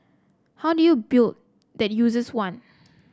how do you build that users want